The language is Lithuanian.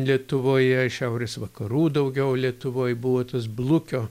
lietuvoje šiaurės vakarų daugiau lietuvoj buvo tas blukio